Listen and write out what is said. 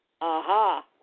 Aha